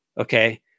okay